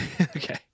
Okay